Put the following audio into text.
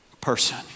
person